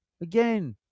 Again